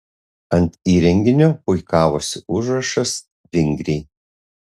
ant įrenginio puikavosi užrašas vingriai